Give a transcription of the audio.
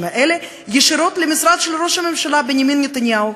האלה ישירות למשרד של ראש הממשלה בנימין נתניהו,